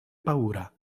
paura